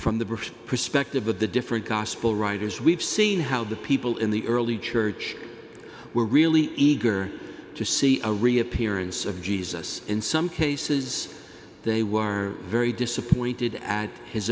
british perspective of the different gospel writers we've seen how the people in the early church were really eager to see a reappearance of jesus in some cases they were very disappointed add his